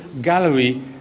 gallery